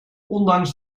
ondanks